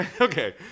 okay